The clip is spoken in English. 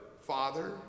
Father